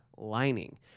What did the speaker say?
Lining